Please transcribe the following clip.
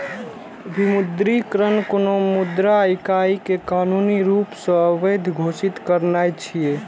विमुद्रीकरण कोनो मुद्रा इकाइ कें कानूनी रूप सं अवैध घोषित करनाय छियै